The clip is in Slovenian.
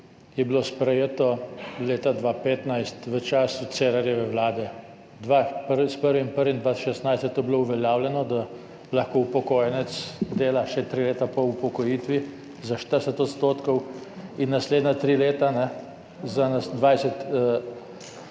je bilo to sprejeto leta 2015 v času Cerarjeve vlade. S 1. 1. 2016 je bilo to uveljavljeno, da lahko upokojenec dela še tri leta po upokojitvi za 40 % in naslednja tri leta za 20 %.